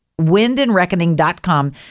windandreckoning.com